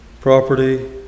property